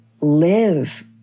live